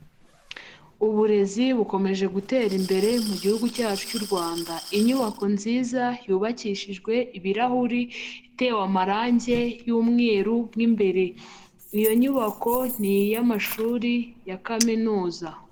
Uburezi bukomeje gutera imbere mu gihugu cyacu cy'u Rwanda. Inyubako nziza yubakishijwe ibirahuri, itewe amarangi y'umweru mo imbere. Iyo nyubako ni iy'amashuri ya kaminuza.